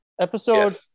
episode